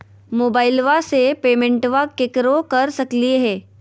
मोबाइलबा से पेमेंटबा केकरो कर सकलिए है?